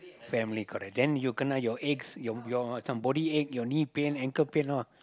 family correct then you kena your aches your your some body ache your knee pain ankle pain all